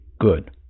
good